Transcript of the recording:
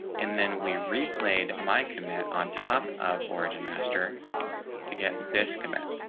and then we replayed my commit on top of origin master to get this commit